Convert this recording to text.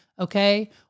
okay